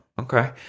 Okay